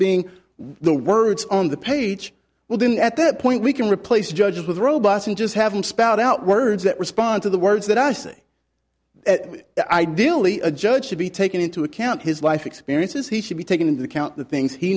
being the words on the page well then at that point we can replace judges with robots and just have them spout out words that respond to the words that i say ideally a judge should be taken into account his life experiences he should be taken into account the things he